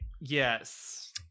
Yes